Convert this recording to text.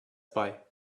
bei